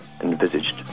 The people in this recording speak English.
envisaged